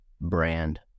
brand